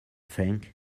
thing